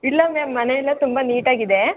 ಇಲ್ಲ ಮ್ಯಾಮ್ ಮನೆಯೆಲ್ಲ ತುಂಬ ನೀಟಾಗಿದೆ